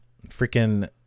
freaking